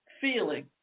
feeling